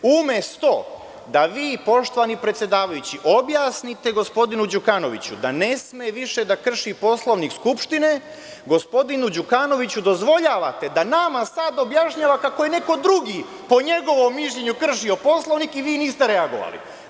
Umesto da vi, poštovani predsedavajući, objasnite gospodinu Đukanoviću da ne sme više da krši Poslovnik Skupštine, gospodinu Đukanoviću dozvoljavate da nama sada objašnjava kako je neko drugi po njegovom mišljenju kršio Poslovnik i vi niste reagovali.